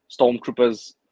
Stormtroopers